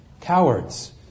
Cowards